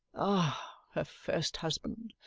ah! her first husband,